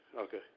Okay